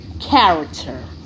character